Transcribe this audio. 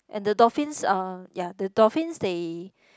and the dolphins are ya the dolphins they